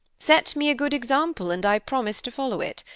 set me a good example, and i promise to follow it.